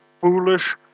foolish